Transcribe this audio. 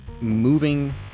moving